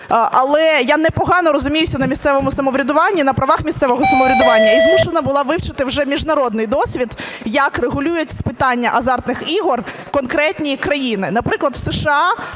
але я непогано розуміюся на місцевому самоврядуванні, на правах місцевого самоврядування і змушена була вивчити вже міжнародний досвід, як регулюють питання азартних ігор конкретні країни. Наприклад, в США